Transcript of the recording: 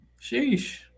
Sheesh